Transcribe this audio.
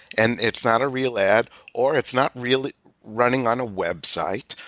and it's not a real ad or it's not really running on a website.